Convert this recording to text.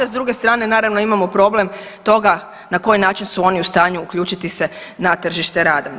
S druge strane naravno imamo problem toga na koji način su oni u stanju uključiti se na tržite rada.